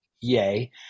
yay